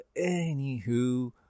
anywho